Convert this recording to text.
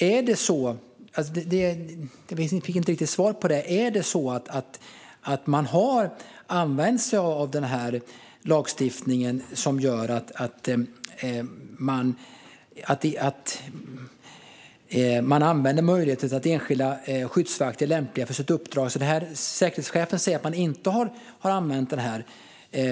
Jag fick inte riktigt svar på detta: Har man använt sig av den lagstiftning som gör att man kan se om enskilda skyddsvakter är lämpliga för sitt uppdrag? Säkerhetschefen säger att man inte har gjort det.